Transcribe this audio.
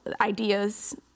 ideas